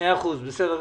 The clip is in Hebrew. בסדר גמור.